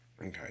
Okay